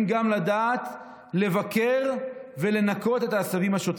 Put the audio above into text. גם לדעת לבקר ולנקות את העשבים השוטים.